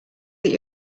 that